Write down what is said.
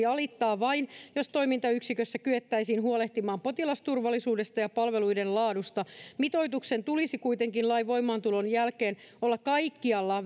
alittaa vain jos toimintayksikössä kyettäisiin huolehtimaan potilasturvallisuudesta ja palveluiden laadusta mitoituksen tulisi kuitenkin lain voimaantulon jälkeen olla kaikkialla